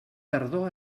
tardor